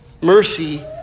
Mercy